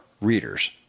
readers